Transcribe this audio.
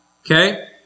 Okay